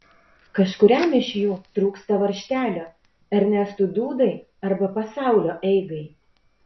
kažkuriam iš jų trūksta varžtelio ernestui dūdai arba pasaulio eigai